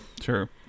sure